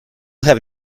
have